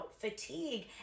fatigue